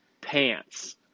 pants